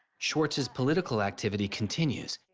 swartz's political activity continues,